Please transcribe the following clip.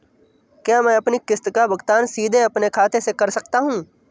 क्या मैं अपनी किश्त का भुगतान सीधे अपने खाते से कर सकता हूँ?